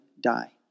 die